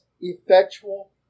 effectual